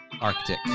Arctic